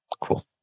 Cool